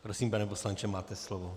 Prosím, pane poslanče, máte slovo.